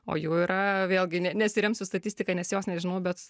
o jų yra vėlgi ne nesiremsiu statistika nes jos nežinau bet